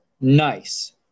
nice